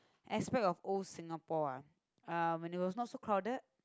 aspect of old Singapore ah when it was not so crowded